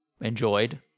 enjoyed